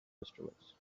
instruments